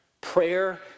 prayer